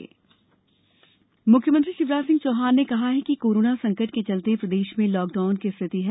मुख्यमंत्री बैंक मुख्यमंत्री शिवराज सिंह चौहान ने कहा है कि कोरोना संकट के चलते प्रदेश में लॉकडाउन की स्थिति है